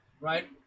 right